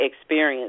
experience